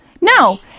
No